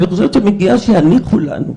אני חושבת שמגיע שיניחו לנו,